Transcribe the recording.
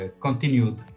continued